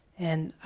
and